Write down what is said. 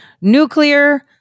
nuclear